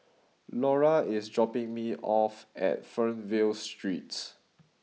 Laura is dropping me off at Fernvale Street